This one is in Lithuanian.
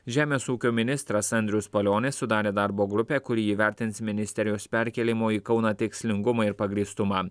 žemės ūkio ministras andrius palionis sudarė darbo grupę kuri įvertins ministerijos perkėlimo į kauną tikslingumą ir pagrįstumą